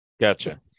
Gotcha